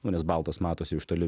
na nes baltas matosi iš toli